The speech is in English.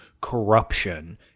corruption